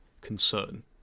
concern